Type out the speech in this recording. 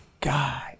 God